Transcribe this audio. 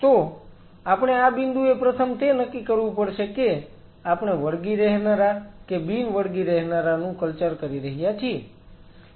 તો આપણે આ બિંદુએ પ્રથમ તે નક્કી કરવું પડશે કે આપણે વળગી રહેનારા કે બિન વળગી રહેનારાનું કલ્ચર કરી રહ્યા છીએ